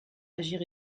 agir